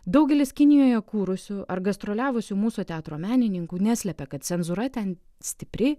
daugelis kinijoje kūrusių ar gastroliavusių mūsų teatro menininkų neslepia kad cenzūra ten stipriai